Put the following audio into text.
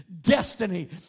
destiny